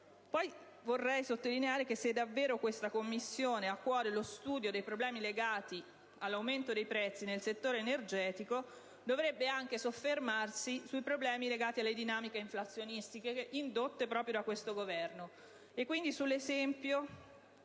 Vorrei poi sottolineare che, se davvero questa Commissione ha a cuore lo studio dei problemi legati all'aumento dei prezzi nel settore energetico, dovrebbe anche soffermarsi sui problemi legati alle dinamiche inflazionistiche indotte proprio da questo Governo,